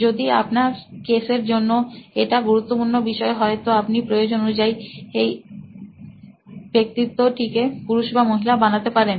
যদি আপনার কেসের জন্য যদি এটা গুরুত্বপূর্ণ বিষয় হয় তো আপনি প্রয়োজন অনুযায়ী এই ব্যক্তিত্ব টিকে পুরুষ বা মহিলা বানাতে পারেন